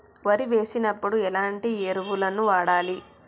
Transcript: వరి వేసినప్పుడు ఎలాంటి ఎరువులను వాడాలి?